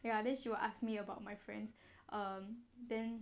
ya then she will ask me about my friends um then